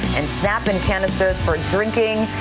and snap and canisters for drinking.